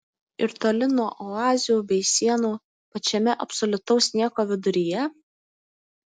ir toli nuo oazių bei sienų pačiame absoliutaus nieko viduryje